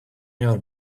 your